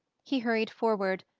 he hurried forward,